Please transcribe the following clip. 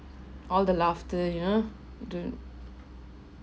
all the laughter you know don't